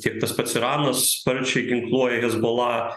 kiek tas pats iranas sparčiai ginkluoja hezbollah